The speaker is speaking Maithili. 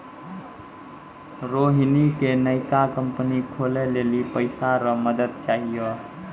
रोहिणी के नयका कंपनी खोलै लेली पैसा रो मदद चाहियो